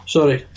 Sorry